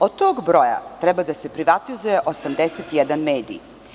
Od tog broja treba da se privatizuje 81 medij.